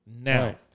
now